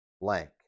blank